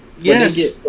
Yes